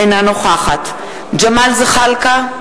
אינה נוכחת ג'מאל זחאלקה,